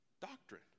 doctrine